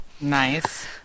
Nice